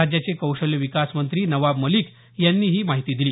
राज्याचे कौशल्य विकास मंत्री नवाब मलिक यांनी ही माहिती दिली